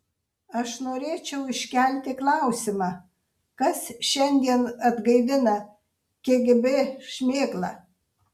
aš norėčiau iškelti klausimą kas šiandien atgaivina kgb šmėklą